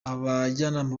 abajyanama